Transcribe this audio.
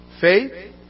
Faith